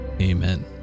amen